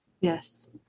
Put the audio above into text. Yes